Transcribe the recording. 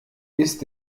ist